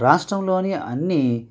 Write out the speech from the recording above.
రాష్ట్రంలోని అన్నీ